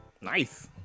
nice